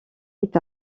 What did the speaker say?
est